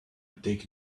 take